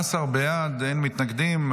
14 בעד, אין מתנגדים.